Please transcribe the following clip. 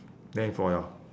then for your